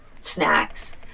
snacks